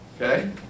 okay